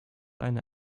eine